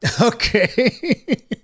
Okay